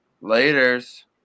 Later's